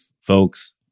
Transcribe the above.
folks